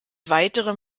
weitere